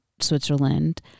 Switzerland